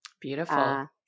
beautiful